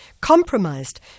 compromised